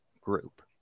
group